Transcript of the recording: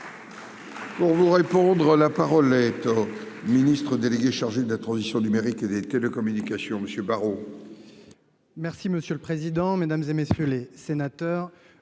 Pour vous répondre, la parole est. Ministre délégué chargé de la transition numérique et des télécommunications, monsieur Barrot. Merci monsieur le président, Mesdames et messieurs les sénateurs,